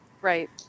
Right